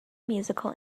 musical